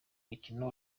mikino